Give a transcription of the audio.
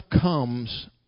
comes